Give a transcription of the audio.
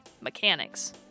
mechanics